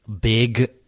Big